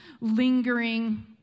lingering